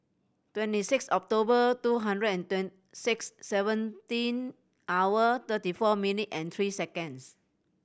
twenty six October two hundred and six seventeen hour thirty four minute and three seconds